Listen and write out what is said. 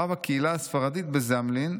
רב הקהילה הספרדית בזמלין,